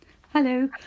Hello